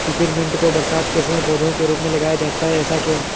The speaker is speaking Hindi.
पेपरमिंट को बरसात के समय पौधे के रूप में लगाया जाता है ऐसा क्यो?